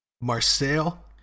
Marcel